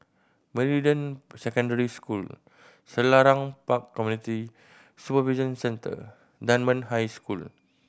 Meridian Secondary School Selarang Park Community Supervision Centre Dunman High School